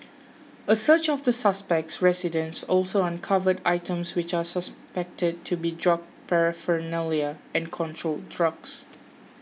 a search of the suspect's residence also uncovered items which are suspected to be drug paraphernalia and controlled drugs